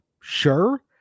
Sure